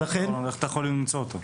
איך אתה יכול למצוא אותו?